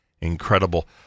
Incredible